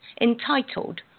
entitled